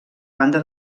banda